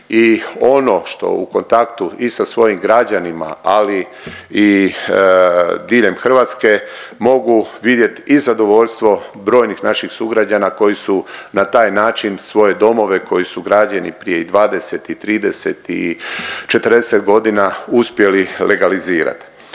I ono što u kontaktu i sa svojim građanima, ali i diljem Hrvatske mogu vidjet i zadovoljstvo brojnih naših sugrađana koji su na taj način svoje domove koji su građeni prije i 20 i 30 i 40 godina uspjeli legalizirati.